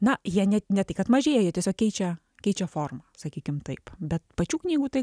na jie net ne tai kad mažėja tiesiog keičia keičia formą sakykim taip bet pačių knygų tai